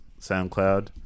SoundCloud